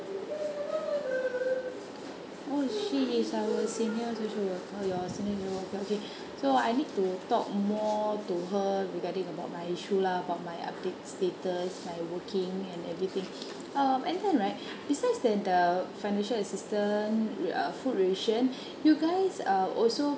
oh she is our senior social work oh your senior social worker okay so I need to talk more to her regarding about my issue lah about my update status my working and everything um and then right besides than the financial assistance uh food ration you guys err also